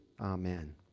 Amen